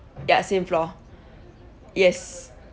ya same floor yes